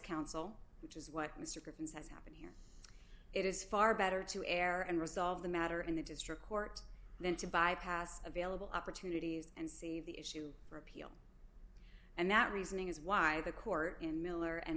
counsel which is what mr griffin says happened it is far better to err and resolve the matter in the district court then to bypass available opportunities and see the issue for appeal and that reasoning is why the court in miller and